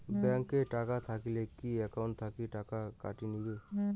Bank এ টাকা থাকিলে কি একাউন্ট থাকি টাকা কাটি নিবেন?